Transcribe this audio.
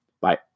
Bye